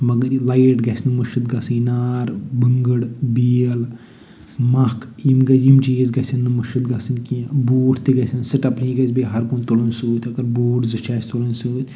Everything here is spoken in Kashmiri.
مَگر یہِ لایِٹ گژھِ نہٕ مٔشِد گژھٕنۍ نار بٕنٛگٕر بیل مَکھ یِم گہ یِم چیٖز گژھن نہٕ مٔشِد گژھٕنۍ کیٚنہہ بوٗٹھ تہِ گژھن سٔٹٮ۪پنی گژھِ بیٚیہِ ہَر کُنہِ تُلُن سۭتۍ اگر بوٗٹھ زٕ چھِ اَسہِ تُلٕنۍ سۭتۍ